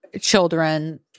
children